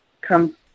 come